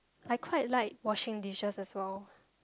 I quite like washing dishes as well